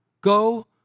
Go